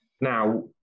Now